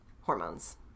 hormones